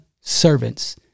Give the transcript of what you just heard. servants